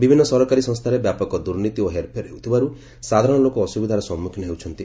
ବିଭିନ୍ନ ସରକାରୀ ସଂସ୍ଥାରେ ବ୍ୟାପକ ଦୁର୍ନୀତି ଓ ହେରଫେର ହେଉଥିବାରୁ ସାଧାରଣ ଲୋକ ଅସୁବିଧାର ସମ୍ମୁଖୀନ ହେଉଛନ୍ତି